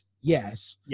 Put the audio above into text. yes